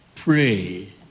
Pray